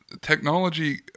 technology